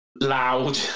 loud